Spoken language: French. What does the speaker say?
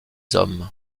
hommes